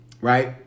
right